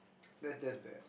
that's that's bad